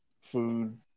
food